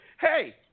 hey